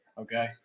Okay